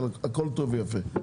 הכול טוב ויפה,